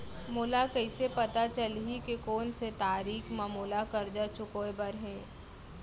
मोला कइसे पता चलही के कोन से तारीक म मोला करजा चुकोय बर हे?